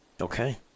okay